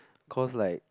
cause like